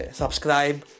subscribe